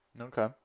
Okay